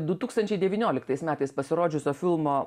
du tūkstančiai devynioliktais metais pasirodžiusio filmo